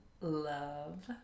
love